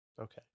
Okay